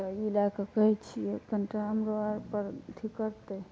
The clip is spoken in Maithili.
तेॅं ई लैके कहै छियै तऽ हमरा आरके अथी करतै